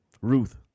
Ruth